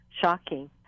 shocking